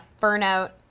burnout